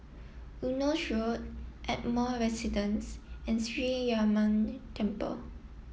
Eunos Road Ardmore Residence and Sree Ramar Temple